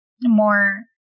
more